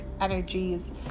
energies